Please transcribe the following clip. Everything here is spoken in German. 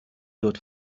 dort